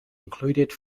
included